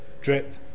drip